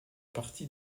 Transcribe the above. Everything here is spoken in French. partie